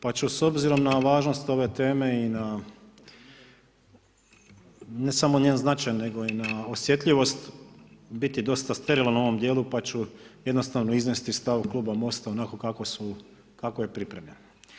Pa ću s obzirom na važnost ove teme i na ne samo njen značaj nego i na osjetljivost biti dosta sterilan u ovom dijelu pa ću jednostavno iznesti stav kluba Most-a onako kako je pripremljen.